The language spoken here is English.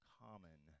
common